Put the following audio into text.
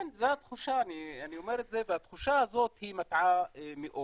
זו התחושה, והתחושה הזאת מטעה מאוד